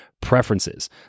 preferences